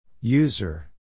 User